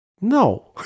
no